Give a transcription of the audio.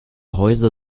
häuser